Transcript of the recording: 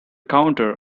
counter